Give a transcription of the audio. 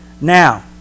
Now